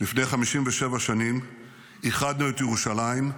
לפני 57 שנים איחדנו את ירושלים,